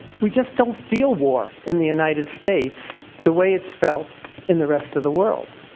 we just don't feel war in the united states the way its felt in the rest of the world.